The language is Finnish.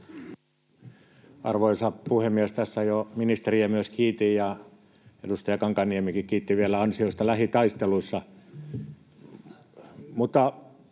Arvoisa puhemies! Tässä jo ministeriä myös kiitin, ja edustaja Kankaanniemikin kiitti vielä ansioista lähitaisteluissa,